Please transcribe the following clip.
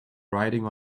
riding